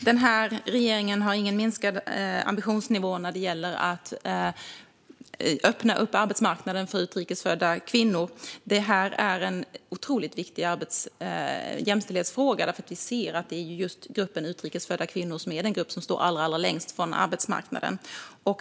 Fru talman! Regeringen har inte sänkt ambitionsnivån när det gäller att öppna upp arbetsmarknaden för utrikes födda kvinnor. Det här är en otroligt viktig jämställdhetsfråga, för vi ser att det är just gruppen utrikes födda kvinnor som är den grupp som står allra längst från arbetsmarknaden.